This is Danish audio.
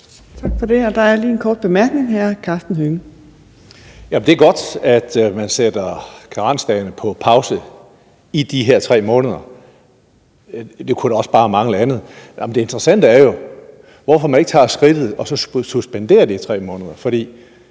Det er godt, at man sætter karensdagen på pause i de her 3 måneder – det kunne da også bare mangle andet. Men det interessante er jo, hvorfor man ikke tager skridtet og suspenderer det i 3 måneder.